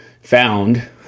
found